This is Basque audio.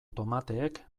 tomateek